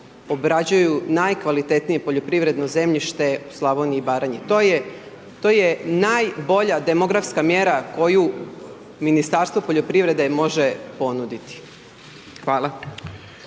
obrađuju najkvalitetnije poljoprivredno zemljište u Slavoniji i Baranji. To je najbolja demografska mjera koju Ministarstvo poljoprivrede može ponuditi. Hvala.